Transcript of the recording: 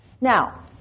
Now